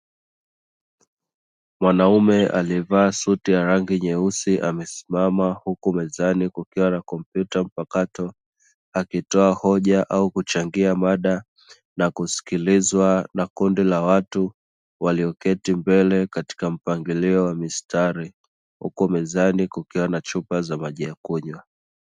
Mwanaume aliyevaa suti ya rangi nyeusi amesimama huku mezani kukiwa na kompyuta mpakato akitoa hoja au kuchangia mada. Na kusikilizwa na kundi la watu walioketi mbele katika mpangilio wa mistari huku mezani kukiwa na chupa za maji.